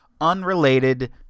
unrelated